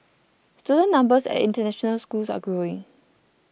student numbers at international schools are growing